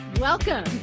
welcome